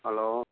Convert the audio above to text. hello